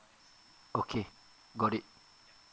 okay got it